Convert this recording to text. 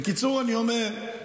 בקיצור, אני אומר,